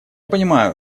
понимаю